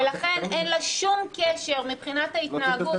ולכן אין לה שום קשר מבחינת ההתנהגות,